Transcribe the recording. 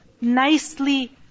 Nicely